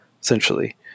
essentially